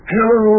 Hello